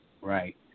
right